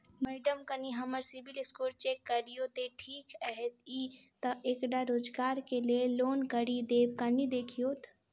Madam कनि हम्मर CIBIL score check करियो तेँ ठीक हएत ई तऽ एकटा रोजगार केँ लैल लोन करि देब कनि देखीओत?